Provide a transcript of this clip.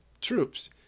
troops